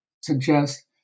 suggest